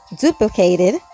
duplicated